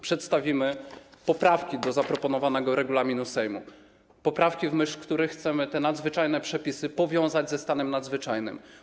Przedstawimy poprawki do regulaminu Sejmu, poprawki, w myśl których chcemy te nadzwyczajne przepisy powiązać ze stanem nadzwyczajnym.